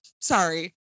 Sorry